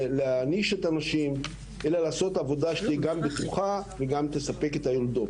להעניש את הנשים אלא לעשות עבודה שהיא גם בטוחה וגם תספק את היולדות.